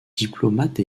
diplomate